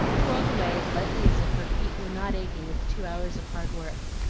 twirled away as lightly as if her feet were not aching with two hours of hard work.